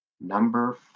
Number